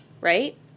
right